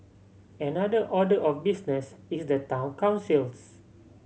another order of business is the town councils